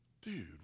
Dude